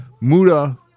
Muda